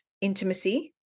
intimacy